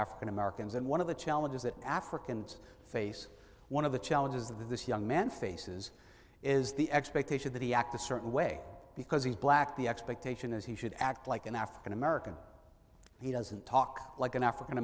african americans and one of the challenges that africans face one of the challenges that this young man faces is the expectation that he acted certain way because he's black the expectation is he should act like an african american he doesn't talk like an african